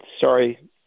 sorry